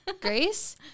Grace